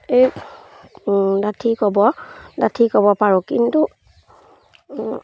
এই ডাঠি ক'ব ডাঠি ক'ব পাৰোঁ কিন্তু